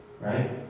right